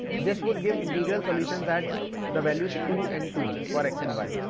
this would give integral solutions at the values two and two for x and y.